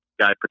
guy